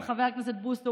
חבר הכנסת בוסו.